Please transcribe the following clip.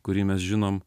kurį mes žinom